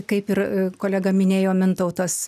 kaip ir kolega minėjo mintautas